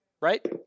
Right